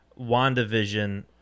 WandaVision